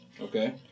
Okay